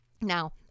Now